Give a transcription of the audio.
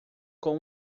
com